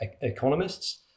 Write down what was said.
economists